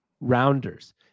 rounders